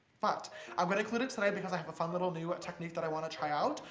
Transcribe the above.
but i'm gonna include it today because i have a fun little new technique that i want to try out.